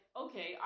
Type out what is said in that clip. okay